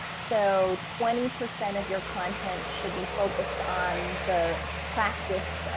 so twenty percent of your content should be focused on the practice,